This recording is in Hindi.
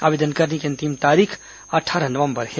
आवेदन करने की अंतिम तारीख अट्ठारह नवम्बर है